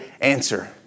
answer